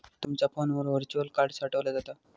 तुमचा फोनवर virtual card साठवला जाता